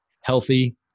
healthy